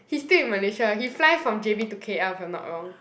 he stay in Malaysia he fly from j_b to k_l if I'm not wrong